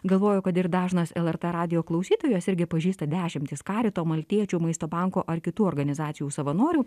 galvoju kad ir dažnas lrt radijo klausytojas irgi pažįsta dešimtis karito maltiečių maisto banko ar kitų organizacijų savanorių